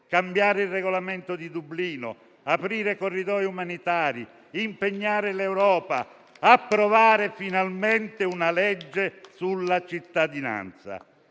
cambiare il regolamento di Dublino, aprire corridoi umanitari, impegnare l'Europa e approvare finalmente una legge sulla cittadinanza.